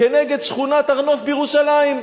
כנגד שכונת הר-נוף בירושלים.